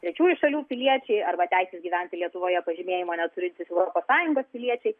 trečiųjų šalių piliečiai arba teisės gyventi lietuvoje pažymėjimo neturintys europos sąjungos piliečiai